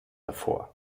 davor